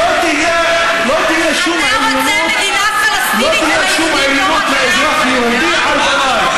שלא תהיה שום עליונות לאזרח יהודי על פניי,